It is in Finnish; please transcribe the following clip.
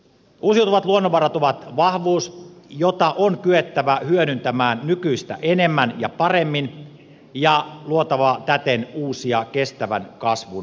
uusiutuvat luonnonvarat ovat vahvuus jota on kyettävä hyödyntämään nykyistä enemmän ja paremmin ja luodaan täten uusia kestävän kasvun lähteitä